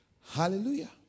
Hallelujah